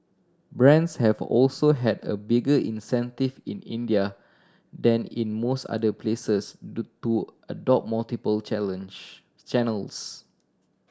brands have also had a bigger incentive in India than in most other places adopt multiple challenge channels